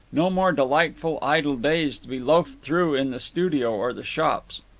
no more delightful idle days to be loafed through in the studio or the shops.